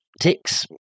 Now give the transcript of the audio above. ticks